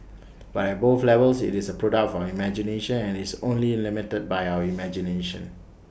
but at both levels IT is A product of our imagination and IT is only limited by our imagination